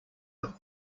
are